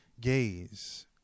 gaze